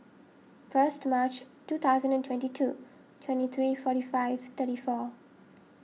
first March two thousand and twenty two twenty three forty five thirty four